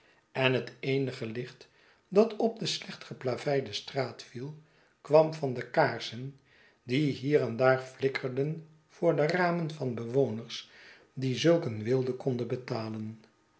en het eenige licht dat op de slecht geplaveide straat viel kwam van de kaarsen die hier en daar flikkerden voor de ramen van bewoners die zulk een weelde konden betalen